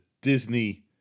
Disney